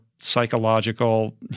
psychological